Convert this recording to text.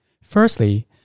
Firstly